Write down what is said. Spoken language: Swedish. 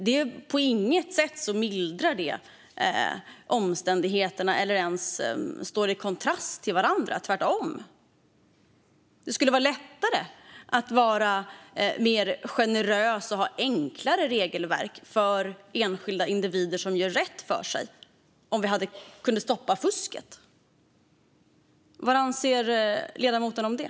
Det mildrar på inget sätt omständigheterna, och dessa saker står inte heller i kontrast till varandra - tvärtom. Det hade varit lättare att vara mer generös och ha enklare regelverk för enskilda individer som gör rätt för sig om vi kunde stoppa fusket. Vad anser ledamoten om det?